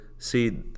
See